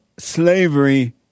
slavery